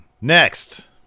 Next